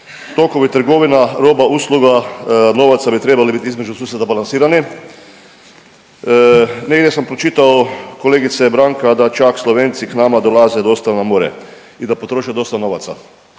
Tokovi trgovina roba, usluga, novaca bi trebali biti između susjeda balansirani. Negdje sam pročitao kolegice Branka da čak Slovenci k nama dolaze dosta na more i da potroše dosta novaca.